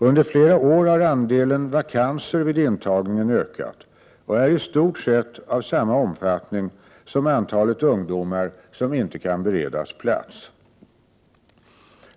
Under flera år har andelen vakanser vid intagningen ökat och är i stort sett av samma omfattning som antalet ungdomar som inte kan beredas en plats.